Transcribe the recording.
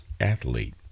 athlete